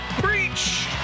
Breach